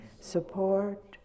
support